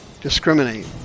discriminate